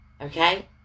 Okay